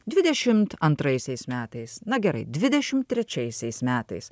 dvidešimt antraisiais metais na gerai dvidešim trečiaisiais metais